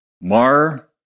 Mar